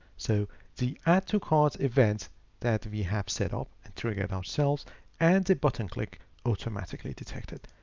so the add to cart event that we have set up and triggered ourselves and the button click automatically detected.